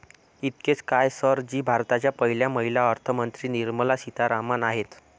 इतकेच काय, सर जी भारताच्या पहिल्या महिला अर्थमंत्री निर्मला सीतारामन आहेत